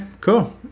cool